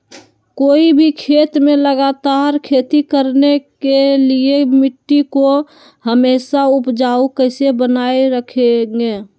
कोई भी खेत में लगातार खेती करने के लिए मिट्टी को हमेसा उपजाऊ कैसे बनाय रखेंगे?